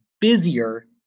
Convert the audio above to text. busier